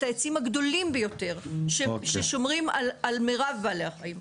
את העצים הגדולים ביותר ששומרים על מרב בעלי החיים.